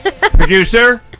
Producer